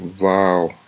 wow